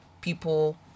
people